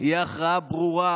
היא הכרעה ברורה,